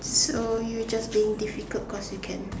so you just being difficult cause you can